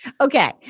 Okay